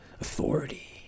authority